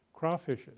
crawfishes